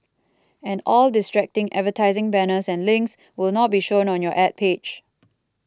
and all distracting advertising banners and links will not be shown on your Ad page